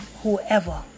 whoever